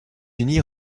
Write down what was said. unis